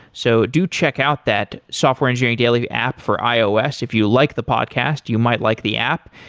so do check out that software engineering daily app for ios. if you like the podcast, you might like the app,